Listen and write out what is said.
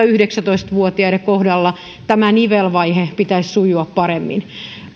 yhdeksäntoista vuotiaiden kohdalla tämän nivelvaiheen pitäisi sujua paremmin